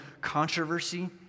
controversy